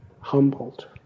humbled